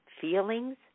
feelings